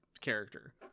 character